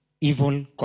evil